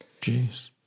Jeez